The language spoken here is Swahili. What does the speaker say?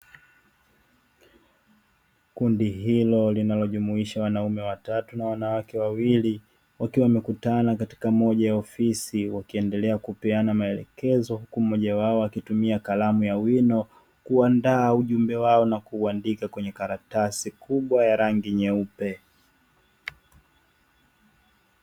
Kundi hilo linalojumuisha wanaume watatu na wanawake wawili wakiwa wamekutana katika moja ya ofisi wakiendelea kupeana maelekezo huku mmoja wao akitumia kalamu ya wino kuandaa ujumbe wao na kuandika kwenye karatasi kubwa ya rangi nyeupe.